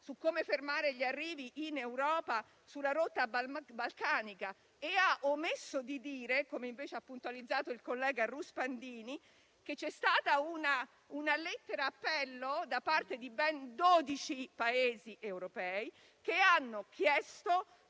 su come fermare gli arrivi in Europa dalla rotta balcanica e ha omesso di dire, come ha puntualizzato il collega Ruspandini, che c'è stata una lettera appello da parte di dodici Paesi europei, che hanno chiesto